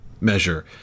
measure